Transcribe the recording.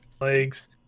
legs